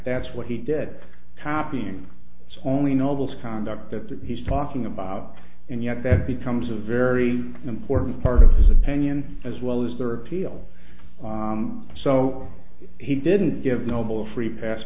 that's what he did copying only novels conduct that he's talking about and yet that becomes a very important part of his opinion as well as their appeal so he didn't give noble a free pass